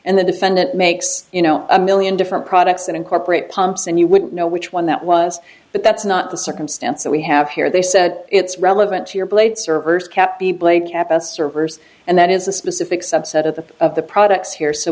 and the defendant makes you know a million different products and incorporate pumps and you wouldn't know which one that was but that's not the circumstance that we have here they said it's relevant to your plate servers kept the play kept us servers and that is a specific subset of the of the products here so